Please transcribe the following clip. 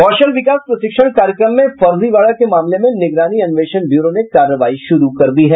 कौशल विकास प्रशिक्षण कार्यक्रम में फर्जीवाड़ा के मामले में निगरानी अन्वेषण व्यूरो ने कार्रवाई शुरू कर दी है